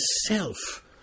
self